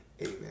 amen